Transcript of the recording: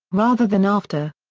rather than after.